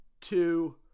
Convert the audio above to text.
two